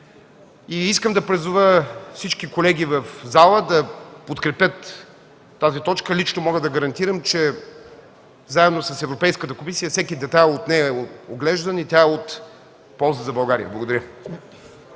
Искам да призова всички колеги в залата да подкрепят тази точка. Лично мога да гарантирам, че заедно с Европейската комисия всеки детайл от нея е оглеждан и тя е от полза за България. Благодаря.